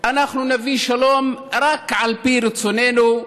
אנחנו נביא שלום רק על פי רצוננו,